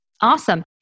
awesome